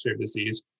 disease